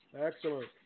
Excellent